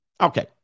Okay